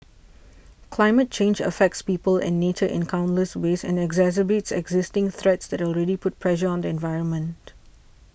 climate change affects people and nature in countless ways and exacerbates existing threats that already put pressure on the environment